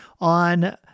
on